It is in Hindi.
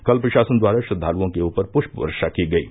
कल प्रशासन द्वारा श्रद्वालुओं के ऊपर पुष्प वर्षा की गयी